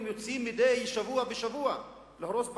יוצאים מדי שבוע בשבוע להרוס בתים,